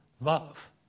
love